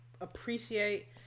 appreciate